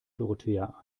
dorothea